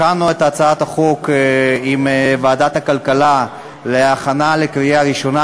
הכנו את הצעת החוק עם ועדת הכלכלה לקריאה ראשונה,